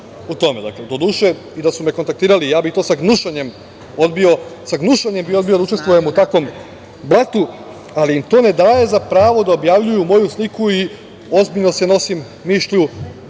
u tome. Doduše, i da su me kontaktirali ja bih to sa gnušanjem odbio. Sa gnušanjem bih odbio da učestvujem u takvom blatu, ali im to ne daje za pravo da objavljuju moju sliku i ozbiljno se nosim mišlju,